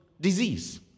Disease